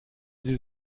sie